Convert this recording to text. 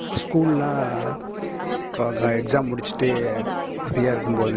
ஸ்கூல்லாம் க க எக்ஸாம் முடிச்சிட்டு ஃப்ரீயாக இருக்கும் போது